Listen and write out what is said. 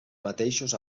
mateixos